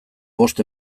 bost